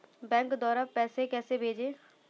Bank द्वारा पैसे कैसे भेजें?